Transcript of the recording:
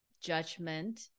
judgment